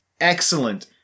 excellent